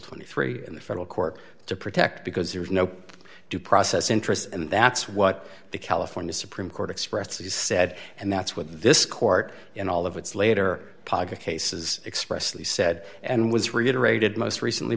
twenty three in the federal court to protect because there is no due process interest and that's what the california supreme court expresses said and that's what this court in all of its later paga cases expressly said and was reiterated most recently